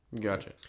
Gotcha